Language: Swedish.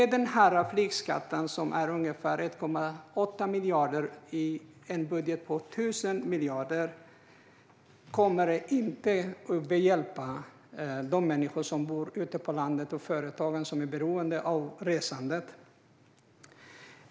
Den här flygskatten, som är ungefär 1,8 miljarder i en budget på 1 000 miljarder, kommer inte att hjälpa de människor som bor ute på landet och de företag som är beroende av resandet.